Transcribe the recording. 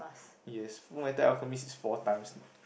yes Fullmetal-Alchemist is four times